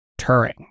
Turing